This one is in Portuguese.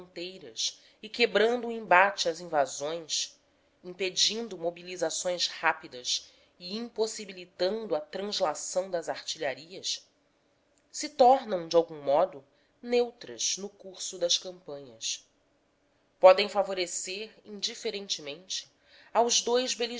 fronteiras e quebrando o embate às invasões impedindo mobilizações rápidas e impossibilitando a translação das artilharias se tornam de algum modo neutras no curso das campanhas podem favorecer indiferentemente aos dous